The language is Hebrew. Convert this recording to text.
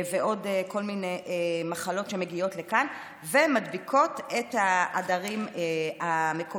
ועוד כל מיני מחלות שמגיעות לכאן ומדביקות את העדרים המקומיים.